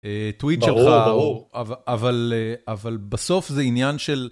טוויט שלך.. ברור, ברור.. אבל בסוף זה עניין של...